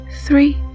three